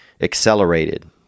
accelerated